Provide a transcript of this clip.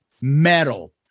metal